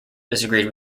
disagreed